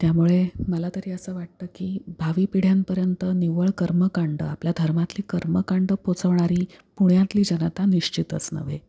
त्यामुळे मला तरी असं वाटतं की भावी पिढ्यांपर्यंत निव्वळ कर्मकांड आपल्या धर्मातली कर्मकांड पोहचवणारी पुण्यातली जनता निश्चितच नव्हे